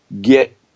get